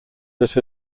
that